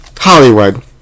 Hollywood